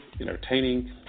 entertaining